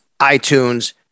iTunes